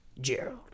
Gerald